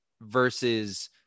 versus